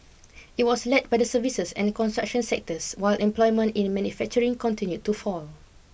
it was led by the services and construction sectors while employment in manufacturing continued to fall